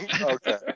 Okay